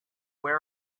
where